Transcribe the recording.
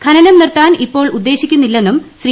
ഖനനം നിർത്താൻ ഇപ്പോൾ ഉദ്ദേശിക്കുന്നില്ലെന്നും ശ്രീ